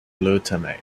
glutamate